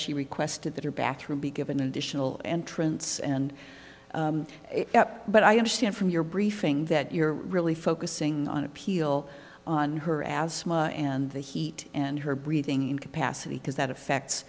she requested that her bathroom be given an additional entrance and but i understand from your briefing that you're really focusing on appeal on her asthma and the heat and her breathing incapacity because that affects